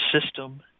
system